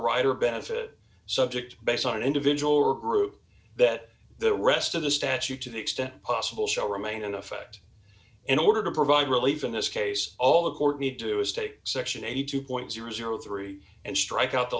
or benefit subject based on an individual or group that the rest of the statute to the extent possible shall remain in effect in order to provide relief in this case all the court need to do is take section eighty two point zero zero three and strike out the